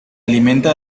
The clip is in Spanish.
alimenta